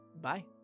Bye